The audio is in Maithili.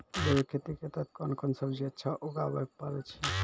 जैविक खेती के तहत कोंन कोंन सब्जी अच्छा उगावय पारे छिय?